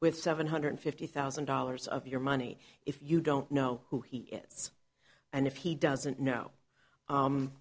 with seven hundred fifty thousand dollars of your money if you don't know who he is and if he doesn't know